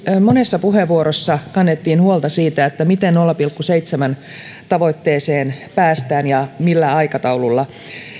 monessa puheenvuorossa kannettiin huolta siitä miten nolla pilkku seitsemän tavoitteeseen päästään ja millä aikataululla